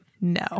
No